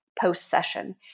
post-session